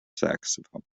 saxophone